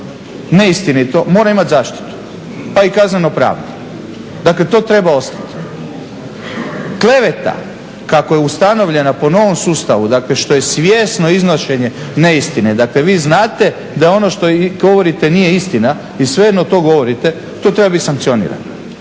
neistinito, mora imati zaštitu pa i kazneno pravnu. Dakle, to treba ostati. Kleveta, kako je ustanovljena po novom sustavu, dakle što je svjesno iznošenje neistine, dakle vi znate da ono što govorite nije istina i svejedno to govorite, to treba biti sankcionirano.